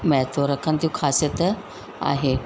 महत्व रखनि थियूं ख़ासियत आहे